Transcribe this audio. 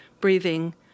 breathing